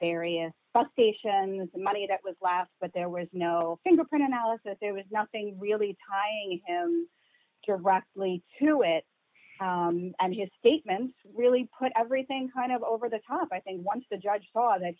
various bus stations the money that was left but there was no fingerprint analysis there was nothing really tying him directly to it and his statements really put everything kind of over the top i think once the judge saw that